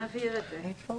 נבהיר את זה.